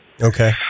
Okay